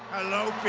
hello,